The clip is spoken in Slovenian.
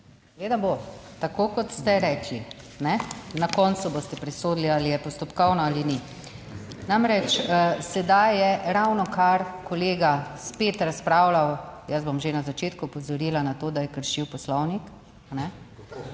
Seveda bo, tako, kot ste rekli, na koncu boste presodili ali je postopkovno ali ni. Namreč, sedaj je ravnokar kolega spet razpravljal, jaz bom že na začetku opozorila na to, da je kršil Poslovnik, o